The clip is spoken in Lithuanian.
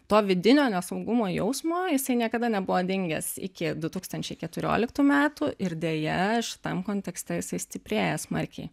to vidinio nesaugumo jausmo jisai niekada nebuvo dingęs iki du tūkstančiai keturioliktų metų ir deja šitam kontekste jisai stiprėja smarkiai